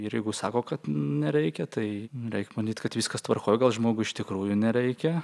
ir jeigu sako kad nereikia tai reik manyt kad viskas tvarkoj gal žmogui iš tikrųjų nereikia